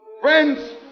Friends